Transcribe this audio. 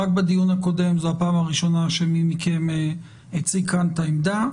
רק בדיון הקודם זו פעם ראשונה שמי מכם הציג כאן את העמדה.